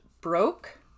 broke